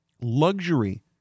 luxury